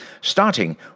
starting